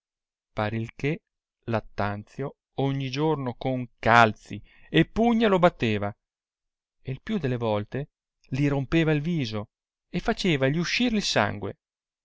per il che lattanzio ogni giorno con calzi e pugna lo batteva e il più delle volte li rompeva il viso e facevagli uscir il sangue